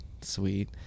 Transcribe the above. sweet